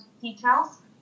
details